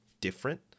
different